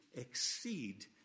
exceed